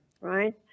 right